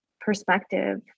perspective